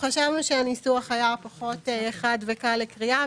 חשבנו שהניסוח היה פחות חד וקל לקריאה,